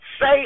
say